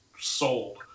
Sold